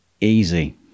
easy